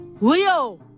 Leo